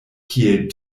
kiel